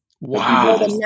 Wow